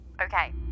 Okay